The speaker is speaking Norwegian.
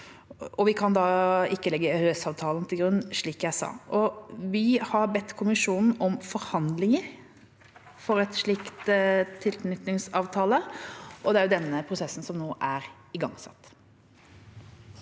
Vi kan ikke da legge EØS-avtalen til grunn, slik jeg sa. Vi har bedt kommisjonen om forhandlinger for en slik tilknytningsavtale, og det er denne prosessen som nå er igangsatt.